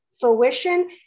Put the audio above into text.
fruition